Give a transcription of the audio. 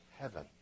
heaven